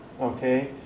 okay